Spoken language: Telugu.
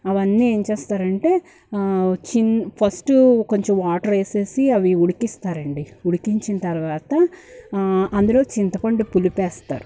అవన్నీ ఏం చేస్తారంటే చి ఫస్ట్ కొంచెం వాటర్ వేసేసి అవి ఉడికిస్తారండి ఉడికించిన తర్వాత అందులో చింతపండు పులుపేస్తారు